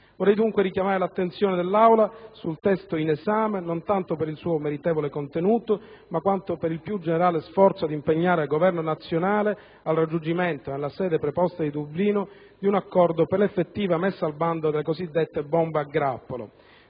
Vorrei, dunque, richiamare l'attenzione dell'Aula sul testo in esame, non tanto per il suo meritevole contenuto ma in quanto per il più generale sforzo di impegnare il governo nazionale al raggiungimento, nella sede preposta di Dublino, di un accordo per l'effettiva messa al bando delle bombe a grappolo.